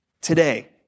today